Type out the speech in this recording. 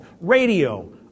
radio